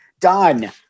done